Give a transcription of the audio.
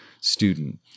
student